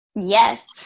Yes